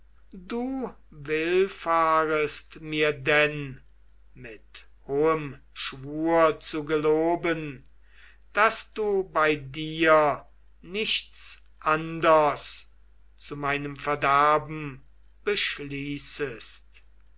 du willfahrest mir denn mit hohem schwur zu geloben daß du bei dir nichts anders zu meinem verderben beschließest